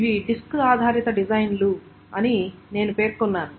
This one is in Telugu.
ఇవి డిస్క్ ఆధారిత డిజైన్లు అని నేను పేర్కొన్నాను